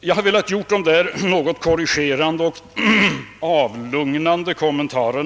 Jag har velat göra dessa något korrigerande och lugnande kommentarer.